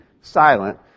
silent